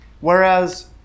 Whereas